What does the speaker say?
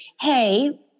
Hey